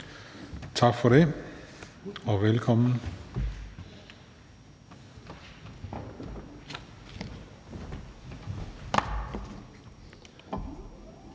Tak for det, og velkommen.